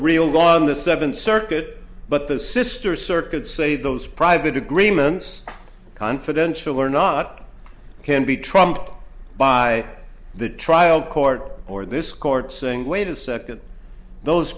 real law on the seventh circuit but the sister circuit say those private agreements confidential or not can be trumped by the trial court or this court saying wait a second those